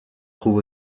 trouve